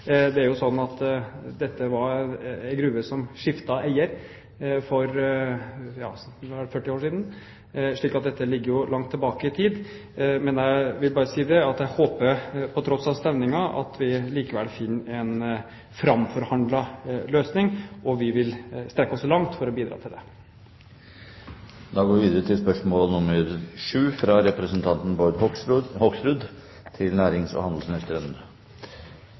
Dette var en gruve som skiftet eier for 40 år siden, slik at dette ligger langt tilbake i tid. Men jeg vil bare si at jeg håper at vi, på tross av stevningen, likevel finner en framforhandlet løsning, og vi vil strekke oss langt for å bidra til det. Vi går da til spørsmål 7, fra representanten Bård Hoksrud til nærings- og handelsministeren.